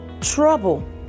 trouble